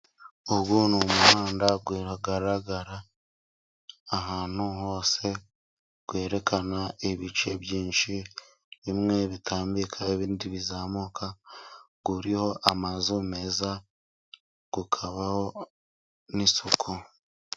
Ubu ni umuhanda uragaragara ahantu hose, werekana ibice byinshi, bimwe bitambika ibindi bizamuka, uriho amazu meza, ukabaho n'isuku.